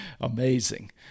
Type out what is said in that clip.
amazing